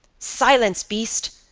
silence, beast!